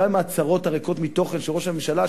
גם את ההצהרות הריקות מתוכן של ראש הממשלה,